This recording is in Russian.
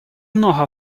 много